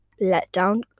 letdown